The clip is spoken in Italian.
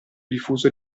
diffuso